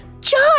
John